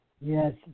Yes